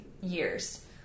years